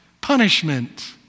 punishment